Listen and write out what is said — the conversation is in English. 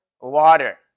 Water